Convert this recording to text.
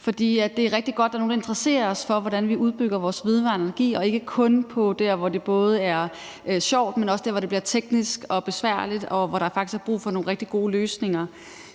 For det er rigtig godt, at der er nogle, der interesserer sig for, hvordan vi udbygger vores vedvarende energi, og det er ikke kun, når det er sjovt, men også når det bliver teknisk og besværligt, og hvor der faktisk er brug for nogle rigtig gode løsninger.